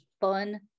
fun